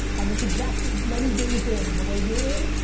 on this exact many days in the way you're in,